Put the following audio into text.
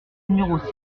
numéros